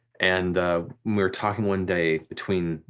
and we were talking one day between,